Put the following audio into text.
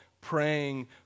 praying